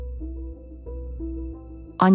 On